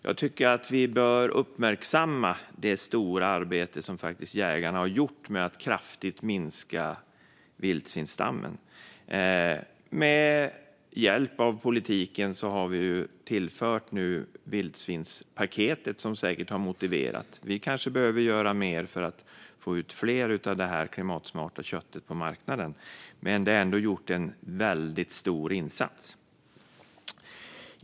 Jag tycker att vi bör uppmärksamma det stora arbete som jägarna har gjort för att kraftigt minska vildsvinsstammen. Med hjälp av politiken har vi nu tillfört vildsvinspaketet, som säkert var motiverat. Vi kanske behöver göra mer för att få ut det här klimatsmarta köttet på marknaden. Men det har ändå gjorts en väldigt stor insats.